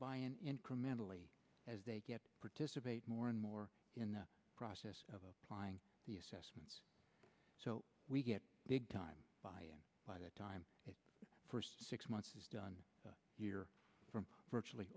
buy in incrementally as they get participate more and more in the process of applying the assessments so we get big time by the time it first six months is done a year from virtually